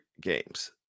games